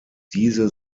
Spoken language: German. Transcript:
diese